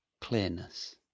clearness